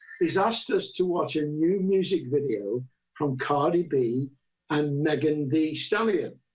he has asked us to watch a new music video from cardi b and megan thee stallion.